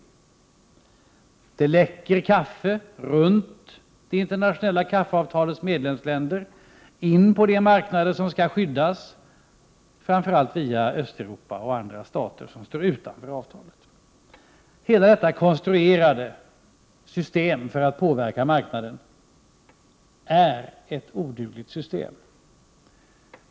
Det läcker kaffe runt det internationella kaffeavtalets medlemsländer in på de marknader som skall skyddas, framför allt via östeuropeiska och andra stater som står utanför avtalet. Hela detta konstruerade system för att påverka marknaden är odugligt.